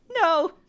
No